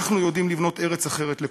אנחנו יודעים לבנות ארץ אחרת לכולם.